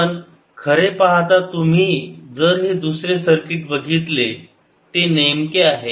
पण खरे पाहता तुम्ही जर हे दुसरे सर्किट बघितले ते नेमके आहे